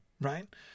right